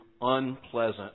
unpleasant